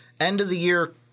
end-of-the-year